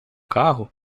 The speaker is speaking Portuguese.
carro